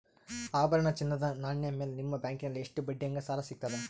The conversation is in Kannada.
ಆಭರಣ, ಚಿನ್ನದ ನಾಣ್ಯ ಮೇಲ್ ನಿಮ್ಮ ಬ್ಯಾಂಕಲ್ಲಿ ಎಷ್ಟ ಬಡ್ಡಿ ಹಂಗ ಸಾಲ ಸಿಗತದ?